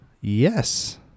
Yes